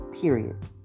period